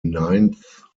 ninth